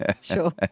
Sure